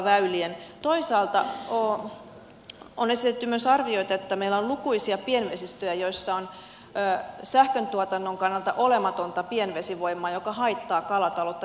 toisaalta on esitetty myös arvioita että meillä on lukuisia pienvesistöjä joissa on sähköntuotannon kannalta olematonta pienvesivoimaa joka haittaa kalataloutta merkittävästi